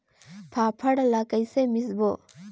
फाफण ला कइसे मिसबो?